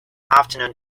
afternoon